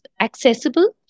accessible